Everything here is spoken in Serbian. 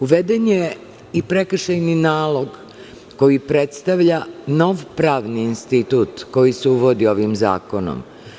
Uveden je i prekršajni nalog koji predstavlja nov pravni institut koji se uvodi ovim zakonom.